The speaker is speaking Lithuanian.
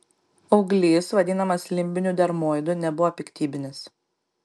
auglys vadinamas limbiniu dermoidu nebuvo piktybinis